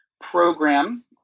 program